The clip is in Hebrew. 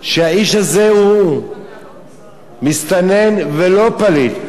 שהאיש הזה הוא מסתנן ולא פליט.